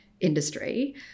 industry